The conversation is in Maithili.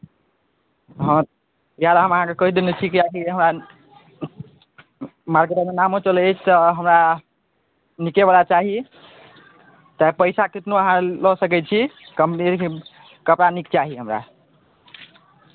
हँ इएह लऽ हम अहाँकेँ कहि देने छी किएकि हमरा मार्केटमे नामो चलै अछि तऽ हमरा नीकेवला चाही तऽ पैसा कितनो अहाँ लऽ सकै छी कम्पनी लेकिन कपड़ा नीक चाही हमरा